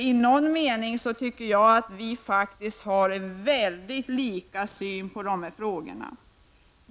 I någon mening anser jag faktiskt att vi har väldigt lika syn på dessa frågor.